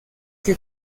que